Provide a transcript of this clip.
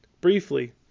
Briefly